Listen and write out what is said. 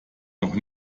noch